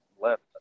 left